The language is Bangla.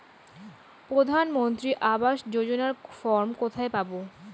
প্রধান মন্ত্রী আবাস যোজনার ফর্ম কোথায় পাব?